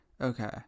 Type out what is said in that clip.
Okay